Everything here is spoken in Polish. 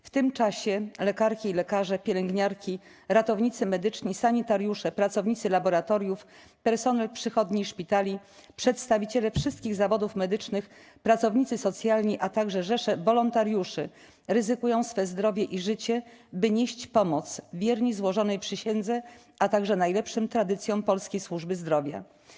W tym czasie lekarki i lekarze, pielęgniarki, ratownicy medyczni, sanitariusze, pracownicy laboratoriów, personel przychodni i szpitali, przedstawiciele wszystkich zawodów medycznych, pracownicy socjalni, a także rzesze wolontariuszy ryzykują swe zdrowie i życie, by nieść pomoc - wierni złożonej przysiędze, a także najlepszym tradycjom polskiej służby zdrowia.